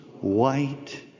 white